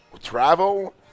travel